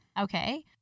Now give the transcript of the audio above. okay